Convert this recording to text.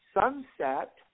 Sunset